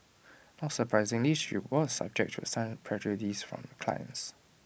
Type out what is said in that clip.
not surprisingly she was subject to some prejudice from clients